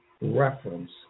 reference